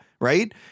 Right